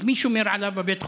אז מי שומר עליו בבית החולים?